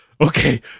okay